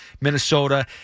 Minnesota